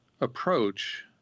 approach